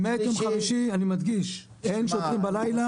אני מדגיש, אין שוטרים בלילה.